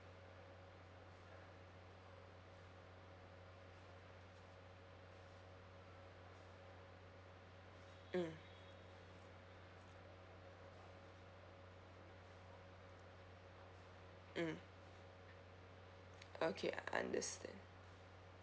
mm mm okay understand